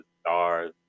Stars